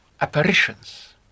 apparitions